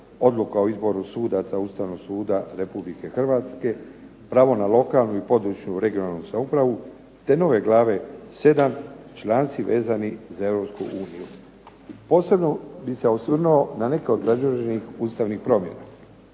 odluka o izboru sudaca Ustavnog suda Republike Hrvatske, pravo na lokalnu i područnu (regionalnu) samoupravu te nove glave 7., članci vezani za Europsku uniju. Posebno bih se osvrnuo na neke od navedenih ustavnih promjena.